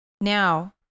Now